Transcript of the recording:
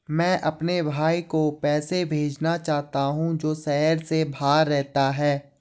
मैं अपने भाई को पैसे भेजना चाहता हूँ जो शहर से बाहर रहता है